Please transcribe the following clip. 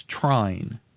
trying